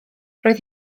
roedd